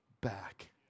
back